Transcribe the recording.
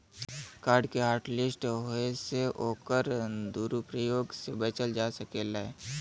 card के hotlist होये से ओकर दुरूप्रयोग से बचल जा सकलै